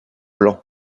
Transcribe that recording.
blanc